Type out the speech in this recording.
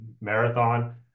marathon